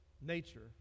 Nature